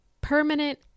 permanent